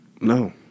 No